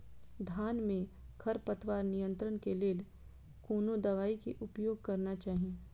धान में खरपतवार नियंत्रण के लेल कोनो दवाई के उपयोग करना चाही?